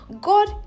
God